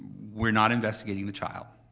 we're not investigating the child,